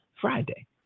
friday